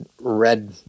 red